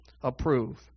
approve